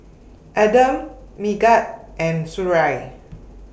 Adam Megat and Suria